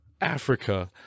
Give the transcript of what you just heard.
Africa